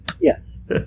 Yes